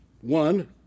One